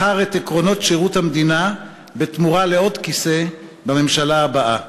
מכר את עקרונות שירות המדינה בתמורה לעוד כיסא בממשלה הבאה.